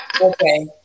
Okay